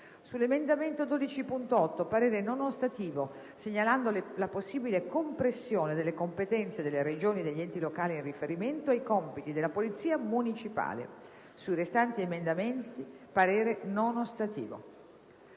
sull'emendamento 12.8, parere non ostativo, segnalando la possibile compressione delle competenze delle Regioni e degli enti locali in riferimento ai compiti della polizia municipale; - sui restanti emendamenti parere non ostativo».